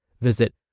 Visit